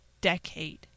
decade